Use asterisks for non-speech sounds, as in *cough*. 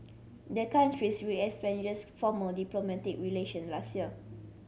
the countries *unintelligible* formal diplomatic relations last year